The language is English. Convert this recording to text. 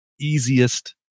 easiest